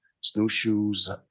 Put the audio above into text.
snowshoes